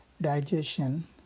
Digestion